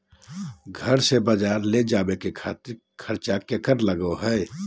घर से बजार ले जावे के खर्चा कर लगो है?